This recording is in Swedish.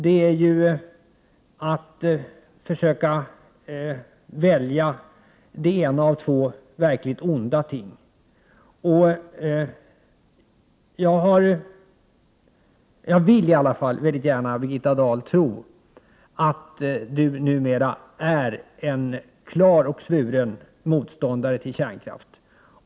Men det är att välja det ena av två verkligt onda ting. Jag vill väldigt gärna tro att Birgitta Dahl numera är en klar och svuren motståndare till kärnkraften.